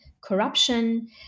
corruption